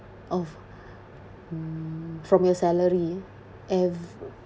of mm from your salary every